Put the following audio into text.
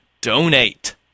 donate